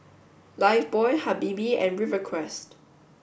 Lifebuoy Habibie and Rivercrest